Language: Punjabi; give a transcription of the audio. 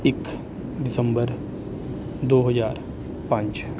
ਇੱਕ ਦਸੰਬਰ ਦੋ ਹਜ਼ਾਰ ਪੰਜ